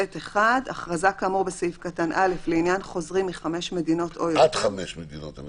(ב)(1) הכרזה כאמור בסעיף קטן (א) לעניין חוזרים מחמש מדינות או